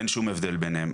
אין שום הבדל ביניהם.